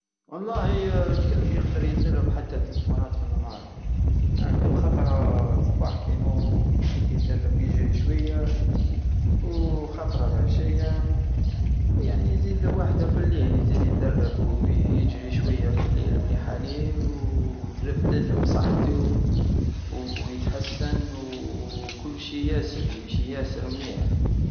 والله، الكلب يقدر يدرب حتى تلاتة مرات في النهار عندو خطرة صبح كينوض يدرب يجري شوية وخطرة لعشية ويعني زيدلو وحدة فاليل يزيد يدرب ويجري شوية فالليل مليحة ليه وترفدلو صحتو ويتحسن وكل شي ياسر- يمشي ياسر مليح